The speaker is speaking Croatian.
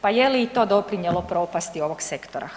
Pa je li i to doprinijelo propasti ovog sektora?